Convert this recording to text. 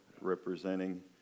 representing